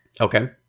Okay